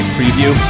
preview